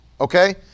Okay